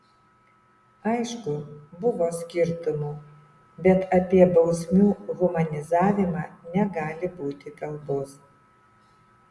aišku buvo skirtumų bet apie bausmių humanizavimą negali būti kalbos